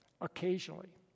occasionally